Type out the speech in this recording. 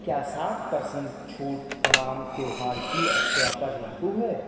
کیا ساٹھ پرسن چھوٹ تمام تیوہار کی اشیاء پر لاگو ہے